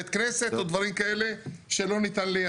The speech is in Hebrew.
בית כנסת או דברים כאלה שלא ניתן לייצר.